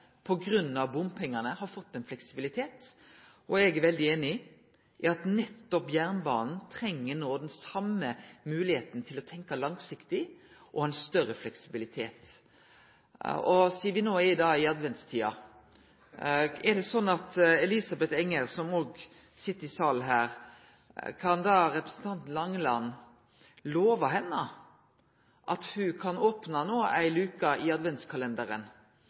av bompengane har fått ein fleksibilitet, og eg er veldig einig i at nettopp jernbanen no treng den same moglegheita til å tenkje langsiktig og ha ein større fleksibilitet. Sidan vi no er i adventstida, er det slik at representanten Langeland kan love Elisabeth Enger, som òg sit i salen her, at ho no kan opne ei luke i adventskalenderen